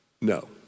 No